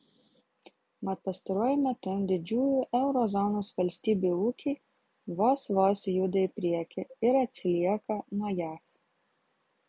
mat pastaruoju metu didžiųjų euro zonos valstybių ūkiai vos vos juda į priekį ir atsilieka nuo jav